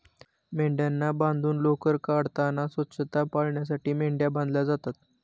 मेंढ्यांना बांधून लोकर काढताना स्वच्छता पाळण्यासाठी मेंढ्या बांधल्या जातात